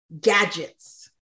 gadgets